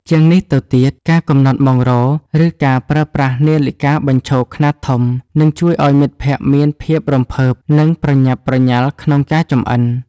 ជាងនេះទៅទៀត ការកំណត់ម៉ោងរោទ៍ ឬការប្រើប្រាស់នាឡិកាបញ្ឈរខ្នាតធំ នឹងជួយឱ្យមិត្តភក្តិមានភាពរំភើប និងប្រញាប់ប្រញាល់ក្នុងការចម្អិន។